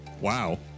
Wow